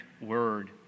word